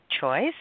choice